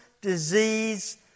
disease